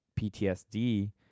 PTSD